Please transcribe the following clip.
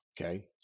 Okay